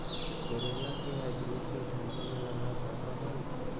करेला के हाइब्रिड के ठंडवा मे लगा सकय हैय?